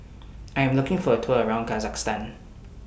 I Am looking For A Tour around Kazakhstan